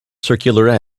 circular